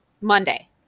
Monday